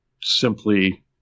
Simply